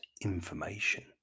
information